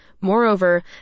Moreover